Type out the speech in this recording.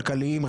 כלכליים.